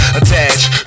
attached